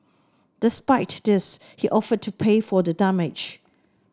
despite this he offered to pay for the damage